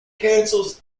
cancels